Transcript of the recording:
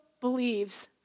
believes